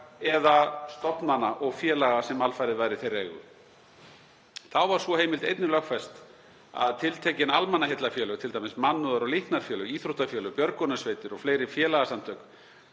eða stofnana og félaga sem alfarið væru í eigu þeirra. Þá var sú heimild einnig lögfest að tiltekin almannaheillafélög, til að mynda mannúðar- og líknarfélög, íþróttafélög, björgunarsveitir og fleiri félagasamtök,